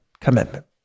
commitment